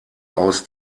aus